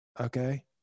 Okay